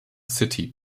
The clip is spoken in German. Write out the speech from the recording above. city